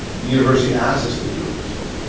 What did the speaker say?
the university asked us to do it this way,